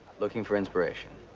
looking for inspiration.